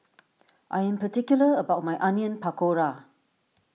I am particular about my Onion Pakora